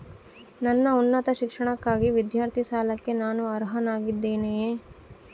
ನನ್ನ ಉನ್ನತ ಶಿಕ್ಷಣಕ್ಕಾಗಿ ವಿದ್ಯಾರ್ಥಿ ಸಾಲಕ್ಕೆ ನಾನು ಅರ್ಹನಾಗಿದ್ದೇನೆಯೇ?